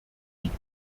liegt